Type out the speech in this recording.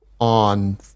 on